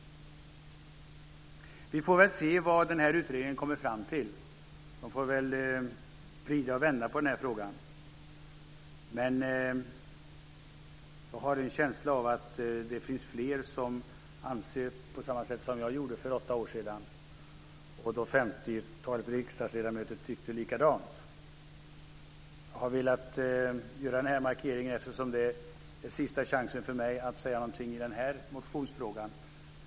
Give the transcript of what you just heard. Vi får väl se vad utredningen kommer fram till. De får väl vrida och vända på den här frågan. Men jag har en känsla av att det finns fler som har samma åsikt som jag hade för åtta år sedan, då ett femtiotal riksdagsledamöter tyckte likadant. Jag har velat göra den här markeringen eftersom det här är sista chansen för mig att säga någonting i denna motionsfråga.